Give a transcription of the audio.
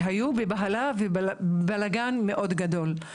שהיו בבהלה ובלגן מאוד גדול.